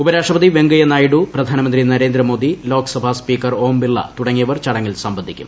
ഉപരാഷ്ട്രപതി വെങ്കയ്യ നായിഡു പ്രധാനമന്ത്രി നരേന്ദ്രമോദി ലോക്സഭ സ്പീക്കർ ഓം ബിർള തുടങ്ങിയവർ ചടങ്ങിൽ സംബന്ധിക്കും